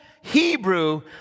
Hebrew